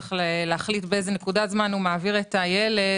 צריך להחליט באיזו נקודת זמן הוא מעביר את הילד